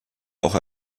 auch